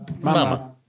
Mama